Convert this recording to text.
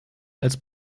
als